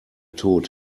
tod